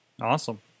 Awesome